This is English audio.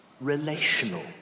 relational